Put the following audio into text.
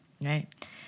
right